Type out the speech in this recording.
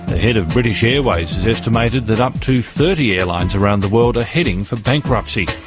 the head of british airways has estimated that up to thirty airlines around the world are heading for bankruptcy.